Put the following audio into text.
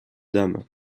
dames